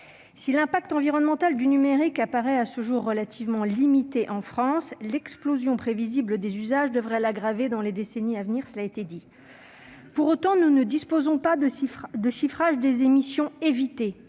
Si l'impact environnemental du numérique apparaît à ce jour relativement limité en France, l'explosion prévisible des usages devrait l'aggraver dans les décennies à venir- cela a été dit. Pour autant, nous ne disposons pas de chiffrage des émissions « évitées